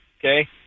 okay